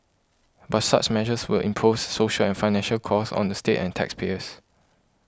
but such measures will impose social and financial costs on the state and taxpayers